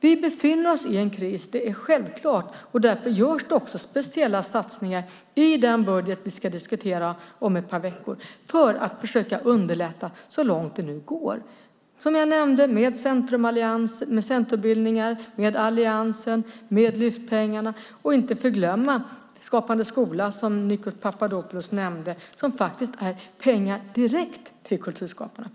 Vi befinner oss i en kris - det är självklart - och därför görs det också speciella satsningar i den budget vi ska diskutera om ett par veckor för att försöka underlätta så långt det nu går. Som jag nämnde är det med centrumallians, med centrumbildningar, med allianserna och med Lyftpengarna. Och det är, inte att förglömma, Skapande skola, som Nikos Papadopoulos nämnde, som är pengar direkt till kulturskaparna.